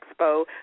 expo